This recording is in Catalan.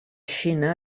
xina